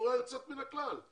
בצורה יוצאת מן הכלל.